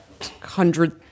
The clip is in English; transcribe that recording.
hundred